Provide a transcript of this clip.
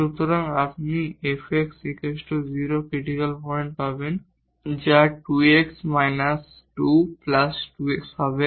সুতরাং আপনি fx 0 critical point পাবেন যা 2 x − 22 x হবে